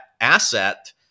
asset